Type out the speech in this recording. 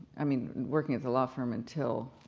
i mean working at the law firm until